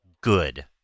good